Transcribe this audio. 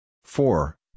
four